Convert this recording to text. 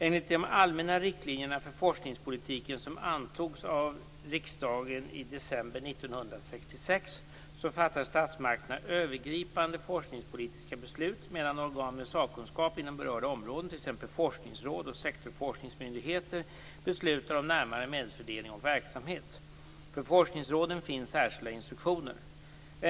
Enligt de allmänna riktlinjerna för forskningspolitiken som antogs av riksdagen i december 1996 fattar statsmakterna övergripande forskningspolitiska beslut, medan organ med sakkunskap inom berörda områden, t.ex. forskningsråd och sektorforskningsmyndigheter, beslutar om närmare medelsfördelning och verksamhet. För forskningsråden finns särskilda instruktioner.